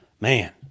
Man